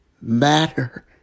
matter